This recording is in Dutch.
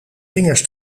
vingers